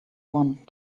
want